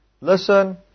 Listen